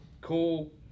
Cool